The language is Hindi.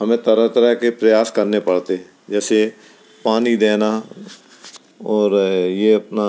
हमें तरह तरह के प्रयास करने पड़ते हैं जैसे पानी देना और ये अपना